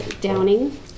downing